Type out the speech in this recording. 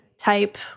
type